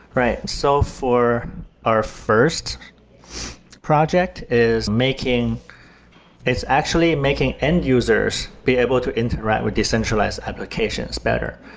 right. so for our first project is making it's actually making end users be able to interact with decentralized applications better.